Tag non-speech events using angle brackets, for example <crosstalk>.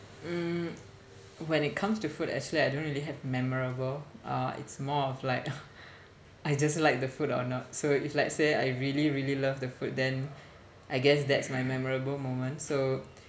mm when it comes to food actually I don't really have memorable uh it's more of like <noise> I just like the food or not so if let's say I really really love the food then I guess that's my memorable moment so